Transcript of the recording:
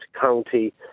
county